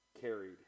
carried